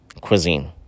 cuisine